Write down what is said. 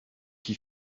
qui